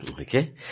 Okay